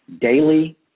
daily